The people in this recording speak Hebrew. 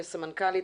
סמנכ"לית,